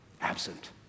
absent